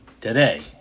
today